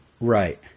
Right